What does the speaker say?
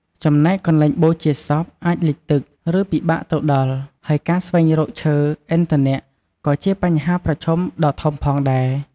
ចំណែកកន្លែងបូជាសព អាចលិចទឹក ឬពិបាកទៅដល់ ហើយការស្វែងរក ឈើ ឥន្ធនៈក៏ជាបញ្ហាប្រឈមដ៏ធំផងដែរ។